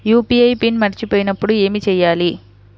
UPI PIN మరచిపోయినప్పుడు ఏమి చేయాలి?